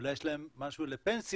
אולי יש להם משהו לפנסיה,